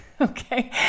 Okay